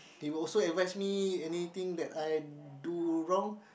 he also advise me anything that I do wrong